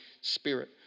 Spirit